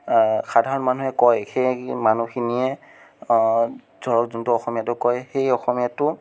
সাধাৰণ মানুহে কয় সেই মানুহখিনিয়ে ধৰক যোনটো অসমীয়াটো কয় সেই অসমীয়াটো